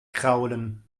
kraulen